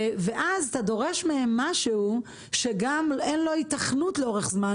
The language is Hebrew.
ואז אתה דורש מהם משהו שגם אין לו היתכנות לאורך זמן.